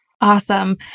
Awesome